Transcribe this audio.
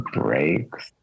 breaks